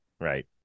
Right